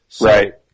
Right